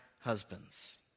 husbands